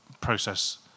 process